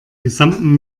gesamten